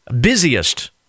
busiest